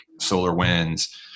SolarWinds